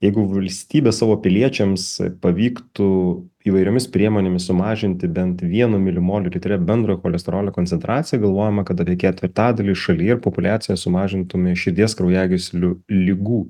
jeigu valstybė savo piliečiams pavyktų įvairiomis priemonėmis sumažinti bent vienu milimoliu litre bendrojo cholesterolio koncentraciją galvojama kad apie ketvirtadalį šalyje populiacijos sumažintume širdies kraujagyslių ligų